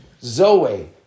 Zoe